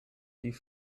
die